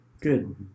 Good